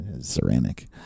ceramic